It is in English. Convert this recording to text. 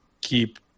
keep